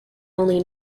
only